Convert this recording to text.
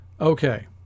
Okay